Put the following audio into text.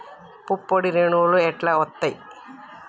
పుప్పొడి రేణువులు ఎట్లా వత్తయ్?